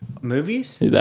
Movies